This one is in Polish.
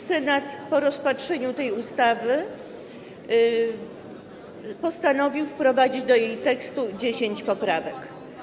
Senat po rozpatrzeniu tej ustawy postanowił wprowadzić do jej tekstu 10 poprawek.